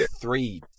three